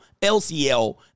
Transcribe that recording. LCL